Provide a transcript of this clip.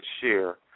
share